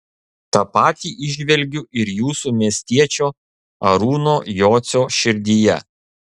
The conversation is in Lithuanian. tą patį įžvelgiu ir jūsų miestiečio arūno jocio širdyje